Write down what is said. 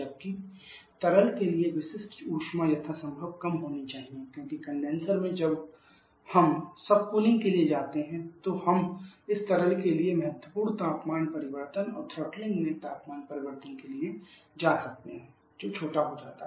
जबकि तरल के लिए विशिष्ट ऊष्मा यथासंभव कम होनी चाहिए क्योंकि कंडेनसर में जब हमsubcooling के लिए जाते हैं तो हम इस तरल के लिए महत्वपूर्ण तापमान परिवर्तन और थ्रॉटलिंग में तापमान परिवर्तन के लिए जा सकते हैं जो छोटा हो जाता है